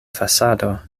fasado